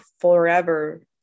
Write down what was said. forever